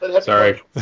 Sorry